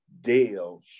deals